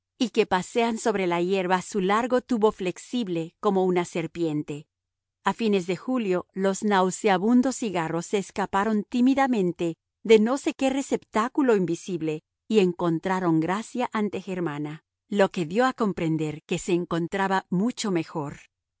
y que pasean sobre la hierba su largo tubo flexible como una serpiente a fines de julio los nauseabundos cigarros se escaparon tímidamente de no sé qué receptáculo invisible y encontraron gracia ante germana lo que dio a comprender que se encontraba mucho mejor